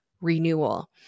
renewal